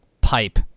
pipe